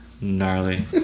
Gnarly